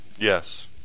Yes